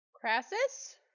Crassus